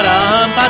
Ram